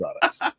products